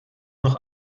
noch